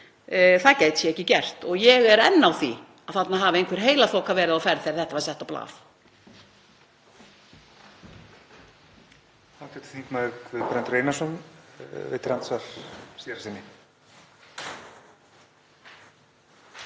þingmaður vísaði hér í. Ég er enn á því að þarna hafi einhver heilaþoka verið á ferð þegar þetta var sett á blað.